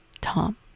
Tom